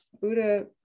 Buddha